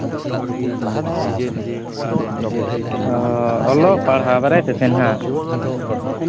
ᱚ ᱚᱞᱚᱜ ᱯᱟᱲᱦᱟᱜ ᱵᱟᱨᱮ ᱛᱮᱥᱮ ᱱᱟᱜ